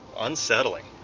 unsettling